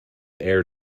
heir